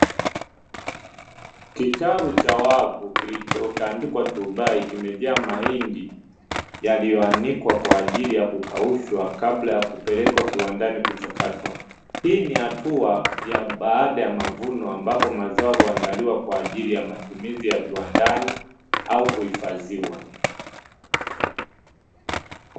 kitalu cha waovu kilichotandikwa dubai kimejaa mahindi yaliyo, anikwa kwa ajili ya kukaushwa kabla ya kupelekwa kiwandani kuchakatwa hii ni hatua ya baada ya mavuno ambapo mazao huandaliwa kwa ajili ya matumizi ya viwandani au kuhifadhiwa.